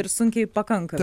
ir sunkiai pakanka